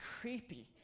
creepy